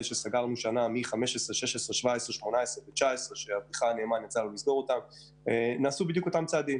נעשו בדיוק אותם הצעדים.